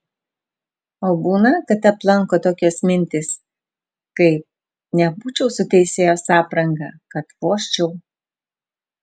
o būna kad aplanko tokios mintys kaip nebūčiau su teisėjos apranga kad vožčiau